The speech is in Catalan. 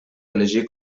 elegir